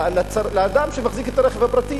ולאדם שמחזיק את הרכב הפרטי,